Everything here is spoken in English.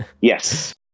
Yes